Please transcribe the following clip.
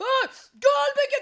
oi gelbėkit